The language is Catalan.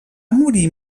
morir